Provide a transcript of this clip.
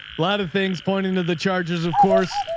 lot of things pointing to the chargers. of course,